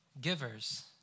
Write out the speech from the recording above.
givers